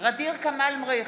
ע'דיר כמאל מריח,